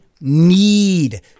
need